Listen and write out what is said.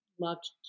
loved